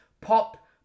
pop